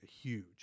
huge